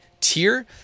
tier